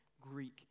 Greek